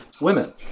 women